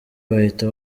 bahita